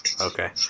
Okay